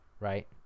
right